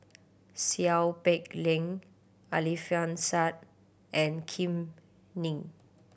Seow Peck Leng Alfian Sa'at and Kam Ning